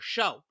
Show